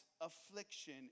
affliction